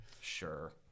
Sure